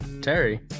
terry